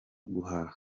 guhaha